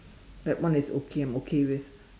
that one is okay I'm okay with